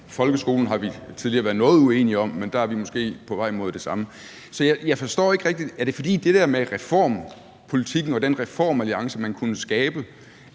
Folkeskolen har vi tidligere været noget uenige om, men der er vi måske på vej mod det samme. Så er det, fordi det med reformpolitikken og den reformalliance, man kunne skabe,